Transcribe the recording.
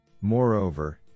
Moreover